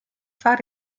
far